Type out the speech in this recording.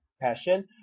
passion